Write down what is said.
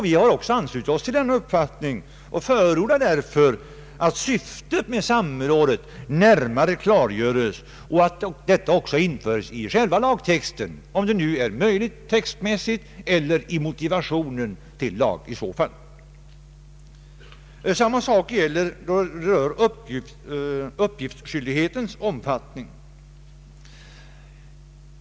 Vi har anslutit oss till denna uppfattning och förordar därför att syftet med samrådet närmare klargörs och att detta också införes i själva lagtexten, om det nu är Samma förhållande gäller uppgiftsskyldighetens omfattning.